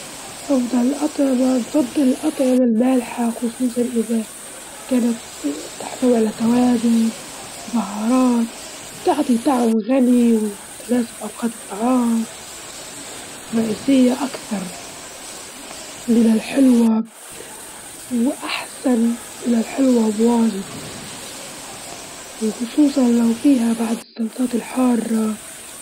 انفضل القطار، السفر بالقطار أحسن، لإنه مريح وفيه وقت للاسترخاء، وأحب المناظر اللي تطلع لك وإنت ماشي وتحس إنك جزء من الرحلة نفسها، وتاخد كفايتك من النوم والمجاعد مريحة.